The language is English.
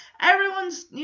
everyone's